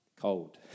Cold